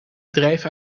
bedrijf